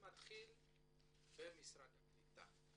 אני מתחיל במשרד הקליטה.